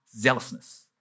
zealousness